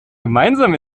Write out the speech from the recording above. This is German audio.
gemeinsam